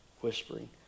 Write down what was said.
whispering